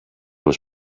was